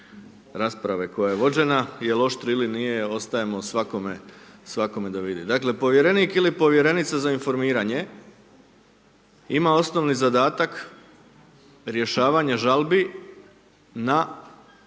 rasprave koja je vođena ili je oštrije ili nije, ostaje svakome da vidi. Dakle, povjerenik ili povjerenica za informiranje, ima osnovni zadatak, rješavanje žalbi na